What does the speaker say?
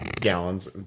gallons